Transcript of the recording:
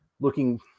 looking